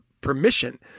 permission